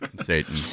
Satan